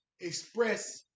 express